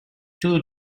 two